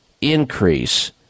increase